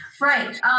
Right